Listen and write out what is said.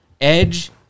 Edge